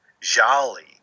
jolly